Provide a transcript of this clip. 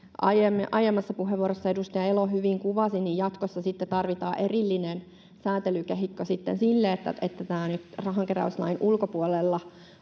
aiemmassa puheenvuorossa edustaja Elo hyvin kuvasi, jatkossa sitten tarvitaan erillinen sääntelykehikko sille, että nyt rahankeräyslain ulkopuolella